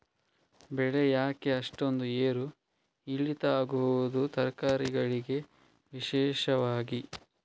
ಬೆಳೆ ಯಾಕೆ ಅಷ್ಟೊಂದು ಏರು ಇಳಿತ ಆಗುವುದು, ತರಕಾರಿ ಗಳಿಗೆ ವಿಶೇಷವಾಗಿ?